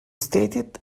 stated